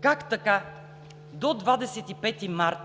как така до 25 март